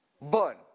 burn